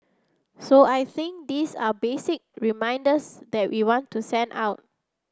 so I think these are basic reminders that we want to send out